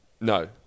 No